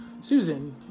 Susan